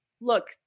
look